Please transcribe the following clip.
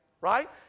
right